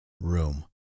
room